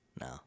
No